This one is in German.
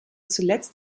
zuletzt